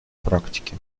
практике